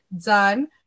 done